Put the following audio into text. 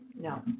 No